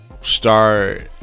start